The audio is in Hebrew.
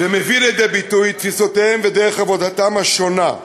ומביא לידי ביטוי את תפיסותיהן ודרך עבודתן השונה.